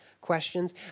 questions